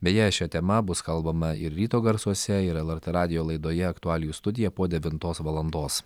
beje šia tema bus kalbama ir ryto garsuose ir lrt radijo laidoje aktualijų studija po devintos valandos